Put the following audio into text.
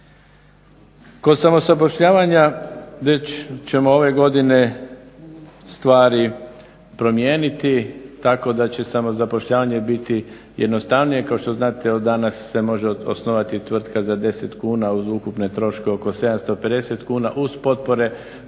Kod samozapošljavanja već ćemo ove godine stvari promijeniti tako da će samozapošljavanje biti jednostavnije. Kao što znate od danas se može osnovati tvrtka za 10 kuna uz ukupne troškove oko 750 kuna uz potpore